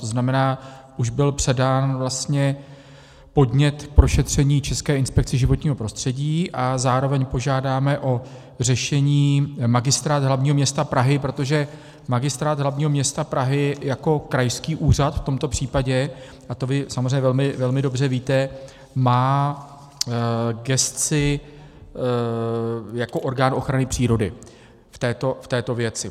To znamená, už byl předán podnět k prošetření České inspekci životního prostředí a zároveň požádáme o řešení Magistrát hlavního města Prahy, protože Magistrát hlavního města Prahy jako krajský úřad v tomto případě, a to vy samozřejmě velmi dobře víte, má gesci jako orgán ochrany přírody v této věci.